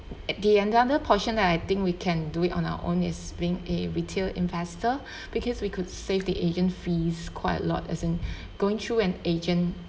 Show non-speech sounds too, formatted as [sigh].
at the another portion I think we can do it on our own it's being a retail investor [breath] because we could save the agent fees quite a lot as in [breath] going through an agent